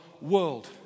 world